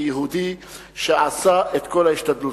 כיהודי שעשה את כל ההשתדלות.